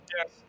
Yes